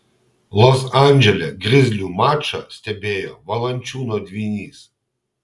los andžele grizlių mačą stebėjo valančiūno dvynys